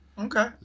Okay